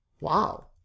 Wow